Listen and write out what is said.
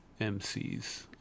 MCs